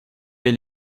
elle